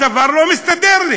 הדבר לא מסתדר לי.